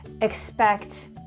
expect